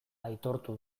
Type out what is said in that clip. aitortu